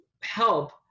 help